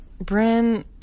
Bryn